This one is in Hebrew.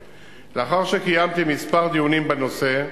3. לאחר שקיימתי כמה דיונים בנושא,